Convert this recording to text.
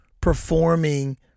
performing